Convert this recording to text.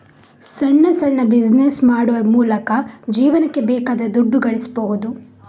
ಸಣ್ಣ ಸಣ್ಣ ಬಿಸಿನೆಸ್ ಮಾಡುವ ಮೂಲಕ ಜೀವನಕ್ಕೆ ಬೇಕಾದ ದುಡ್ಡು ಗಳಿಸ್ಬಹುದು